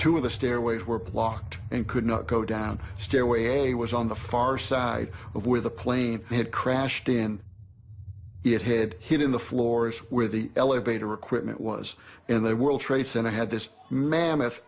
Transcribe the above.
two of the stairways were blocked and could not go down stairway was on the far side of where the plane had crashed in it had hit in the floors where the elevator equipment was in the world trade center had this ma